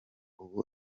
ubu